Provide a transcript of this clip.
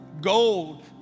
gold